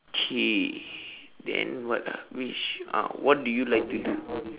K then what ah which uh what do you like to do